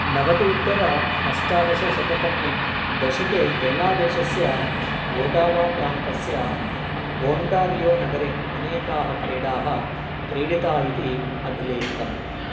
नवति उत्तर अष्टादशशततमे दशके केणा देशस्य ओटावा प्रान्तस्य ओण्टारियो नगरे अनेकाः क्रीडाः क्रीडिताः इति अभिलेखितम्